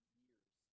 years